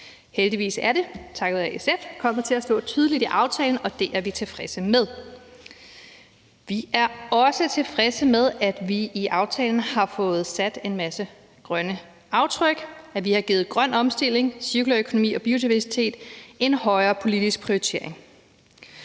Heldigvis er det, takket være SF, kommet til at stå tydeligt i aftalen, og det er vi tilfredse med. Vi er også tilfredse med, at vi i aftalen har fået sat en masse grønne aftryk, og at vi har givet grøn omstilling, cirkulær økonomi og biodiversitet en højere politisk prioritering.